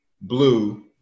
blue